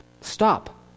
Stop